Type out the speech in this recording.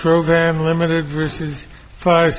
program limited verses five